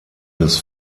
des